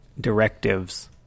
directives